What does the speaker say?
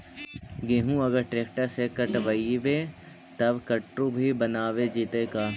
गेहूं अगर ट्रैक्टर से कटबइबै तब कटु भी बनाबे जितै का?